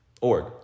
Org